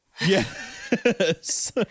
Yes